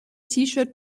tshirt